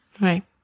right